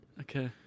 Okay